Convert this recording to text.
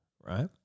right